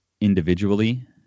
individually